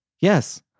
Yes